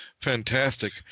Fantastic